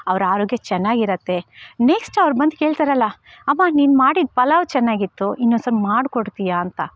ಅವ್ರ ಆರೋಗ್ಯ ಚೆನ್ನಾಗಿರತ್ತೆ ನೆಕ್ಸ್ಟ್ ಅವ್ರು ಬಂದು ಕೇಳ್ತಾರಲ್ಲ ಅಮ್ಮ ನೀನು ಮಾಡಿದ ಪಲಾವು ಚೆನ್ನಾಗಿತ್ತು ಇನ್ನೊಂದು ಸ್ವಲ್ಪ ಮಾಡ್ಕೊಡ್ತೀಯ ಅಂತ